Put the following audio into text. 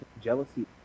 jealousy